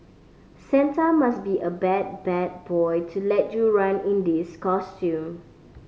Santa must be a bad bad boy to let you run in these costume